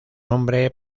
nombre